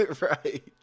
right